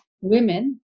women